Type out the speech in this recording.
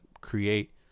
create